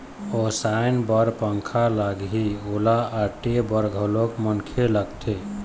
ओसाय बर पंखा लागही, ओला ओटे बर घलोक मनखे लागथे